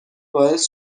باعث